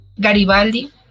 Garibaldi